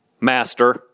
Master